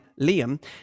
Liam